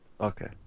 Okay